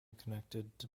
connected